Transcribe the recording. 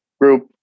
group